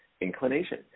inclination